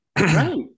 Right